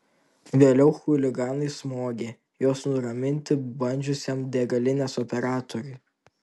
vėliau chuliganai smogė juos nuraminti bandžiusiam degalinės operatoriui